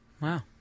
Wow